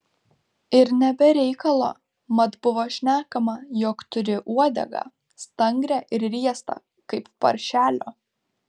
ir ne be reikalo mat buvo šnekama jog turi uodegą stangrią ir riestą kaip paršelio